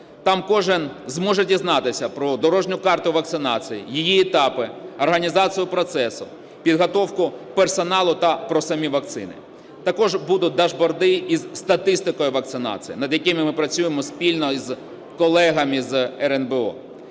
Там кожен зможе дізнатися про дорожню карту вакцинації, її етапи, організацію процесу, підготовку персоналу та про самі вакцини. Також будуть дашборди зі статистикою вакцинації, над якими ми працюємо спільно з колегами з РНБО.